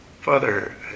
Father